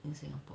in singapore